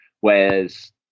whereas